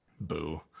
Boo